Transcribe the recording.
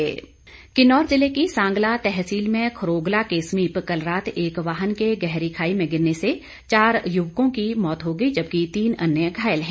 दुर्घटना किन्नौर जिले की सांगला तहसील में खरोगला के समीप कल रात एक वाहन के गहरी खाई में गिरने से चार युवकों की मौत हो गई जबकि तीन अन्य घायल हैं